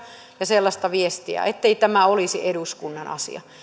ja sellaista viestiä ettei tämä olisi eduskunnan asia